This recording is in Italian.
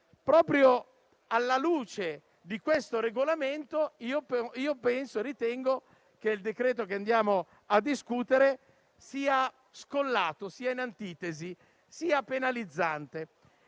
Proprio alla luce del citato Regolamento, ritengo che il decreto che andiamo a discutere sia scollato, sia in antitesi, sia penalizzante.